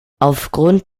aufgrund